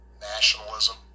nationalism